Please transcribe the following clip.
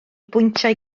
bwyntiau